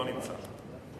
לא נמצא.